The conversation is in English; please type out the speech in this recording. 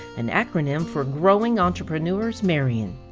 an acronym for growing entrepreneurs marion.